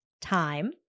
time